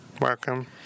Welcome